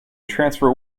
transfer